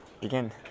begin